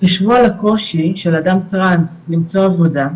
חישבו על הקושי של אדם טראנס למצוא עבודה,